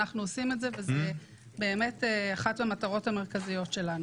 אנחנו עושים את זה וזו אחת המטרות המרכזיות שלנו.